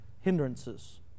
hindrances